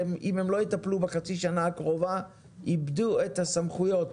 שאם הם לא יטפלו בחצי השנה הקרובה איבדו את הסמכויות.